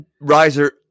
riser